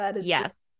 Yes